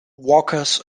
walkers